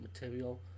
material